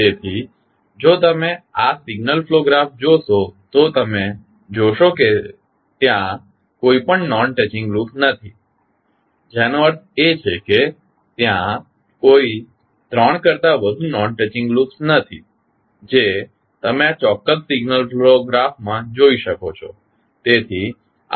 તેથી જો તમે આ સિગ્નલ ફ્લો ગ્રાફ જોશો તો તમે જોશો કે ત્યાં કોઈ પણ નોન ટચિંગ લૂપ નથી જેનો અર્થ છે કે ત્યાં કોઈ ત્રણ કરતાં વધુ નોન ટચિંગ લૂપ્સ નથી જે તમે આ ચોક્કસ સિગ્નલ ફ્લો ગ્રાફમાં જોઈ શકો છો